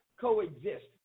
coexist